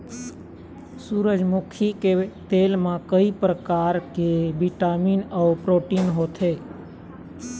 सूरजमुखी के तेल म कइ परकार के बिटामिन अउ प्रोटीन होथे